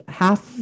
half